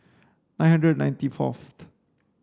nine hundred ninety fourth